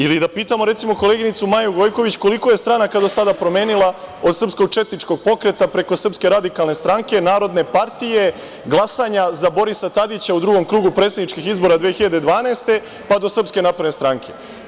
Ili da pitamo, recimo, koleginicu Maju Gojković – koliko je stranaka do sada promenila, od Srpskog četničkog pokreta, preko SRS, Narodne partije, glasanja za Borisa Tadića u drugom krugu predsedničkih izbora 2012, pa do SNS?